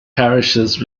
parishes